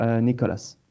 Nicolas